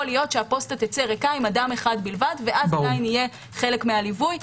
יכול להיות שהפוסטה תצא ריקה עם אדם אחד בלבד ואז יהיה חלק מהליווי,